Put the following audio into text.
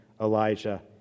Elijah